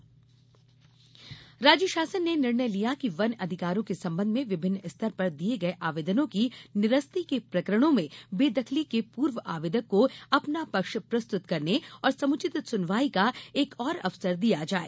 one अघिकार राज्य शासन ने निर्णय लिया है कि वन अधिकारों के संबंध में विभिन्न स्तर पर दिये गये आवेदनों की निरस्ती के प्रकरणों में बेदखली के पूर्व आवेदक को अपना पक्ष प्रस्तुत करने और समुचित सुनवाई का एक और अवसर दिया जाये